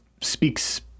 speaks